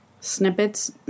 snippets